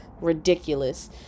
Ridiculous